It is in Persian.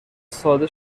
ساده